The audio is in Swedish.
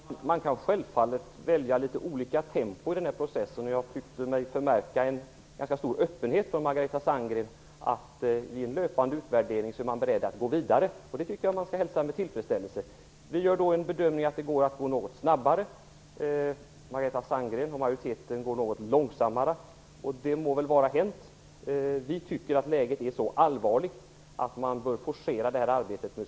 Herr talman! Man kan naturligtvis välja olika tempo i denna process. Jag tyckte mig märka en ganska stor öppenhet hos Margareta Sandgren och att man är beredd att gå vidare efter löpande utvärdering. Vi gör den bedömningen att det går att gå fram något snabbare. Margareta Sandgren och majoriteten går något långsammare. Vi tycker att läget är så allvarligt att man bör forcera arbetet.